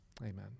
Amen